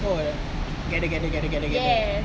oh the gather gather gather gather